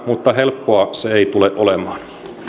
mutta helppoa se ei tule olemaan